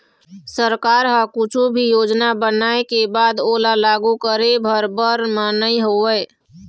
सरकार ह कुछु भी योजना बनाय के बाद ओला लागू करे भर बर म नइ होवय